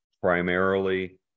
primarily